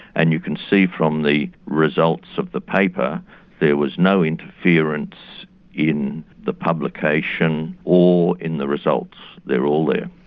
and you can see from the results results of the paper there was no interference in the publication or in the results they're all there.